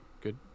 good